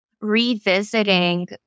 revisiting